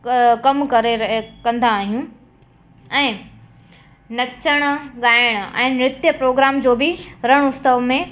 कमु करे रहिया कंदा आहियूं ऐं नचणु ॻाइणु ऐं नृत्य प्रोग्राम जो बि रणु उत्सव में